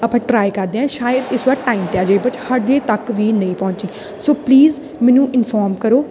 ਆਪਾਂ ਟਰਾਈ ਕਰਦੇ ਹਾਂ ਸ਼ਾਇਦ ਇਸ ਵਾਰ ਟਾਈਮ 'ਤੇ ਆ ਜੇ ਬਟ ਹਜੇ ਤੱਕ ਵੀ ਨਹੀਂ ਪਹੁੰਚੀ ਸੋ ਪਲੀਜ਼ ਮੈਨੂੰ ਇਨਫੋਰਮ ਕਰੋ ਕਿ